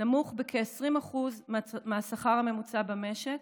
נמוך בכ-20% מהשכר הממוצע במשק